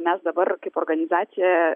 mes dabar kaip organizacija